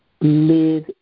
live